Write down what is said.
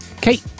Kate